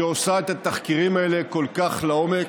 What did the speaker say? שעושה את התחקירים האלה כל כך לעומק.